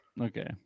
Okay